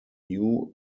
new